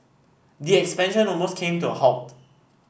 the expansion almost came to a halt